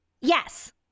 Yes